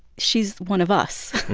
she's one of us.